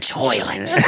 toilet